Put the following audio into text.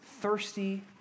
thirsty